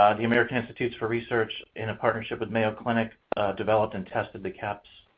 ah the american institutes for research in a partnership with mayo clinic developed and tested the cahps